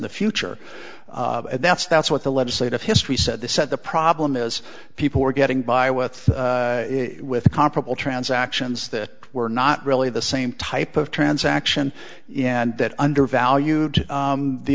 the future and that's that's what the legislative history said they said the problem is people were getting by with with comparable transactions that were not really the same type of transaction and that undervalued